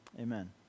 amen